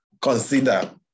consider